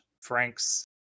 Frank's